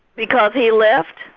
because he left?